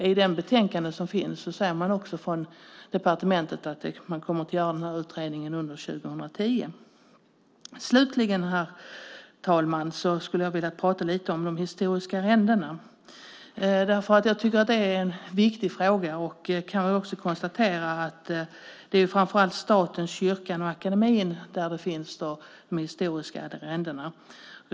I betänkandet säger man från departementet att man kommer att göra utredningen under 2010. Slutligen, herr talman, ska jag tala lite om de historiska arrendena. Det är en viktig fråga. Det är framför allt i staten, kyrkan och akademin som de historiska arrendena finns.